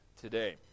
today